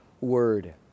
word